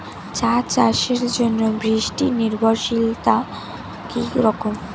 চা চাষের জন্য বৃষ্টি নির্ভরশীলতা কী রকম?